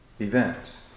events